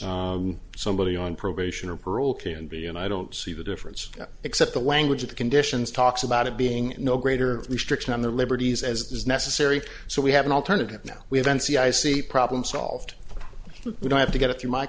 yes somebody on probation or parole can be and i don't see the difference except the language of the conditions talks about it being no greater restriction on their liberties as is necessary so we have an alternative now we have n c i c problem solved we don't have to get a few my